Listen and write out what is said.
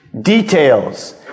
Details